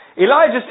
Elijah